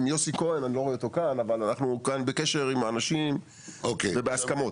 אנחנו בקשר עם האנשים והגענו להסכמות.